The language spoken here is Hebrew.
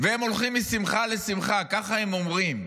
הם הולכים משמחה לשמחה, ככה הם אומרים.